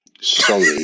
sorry